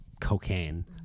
cocaine